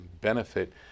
Benefit